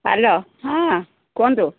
hello ହଁ କୁହନ୍ତୁ